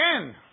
again